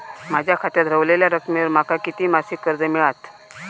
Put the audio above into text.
माझ्या खात्यात रव्हलेल्या रकमेवर माका किती मासिक कर्ज मिळात?